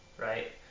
right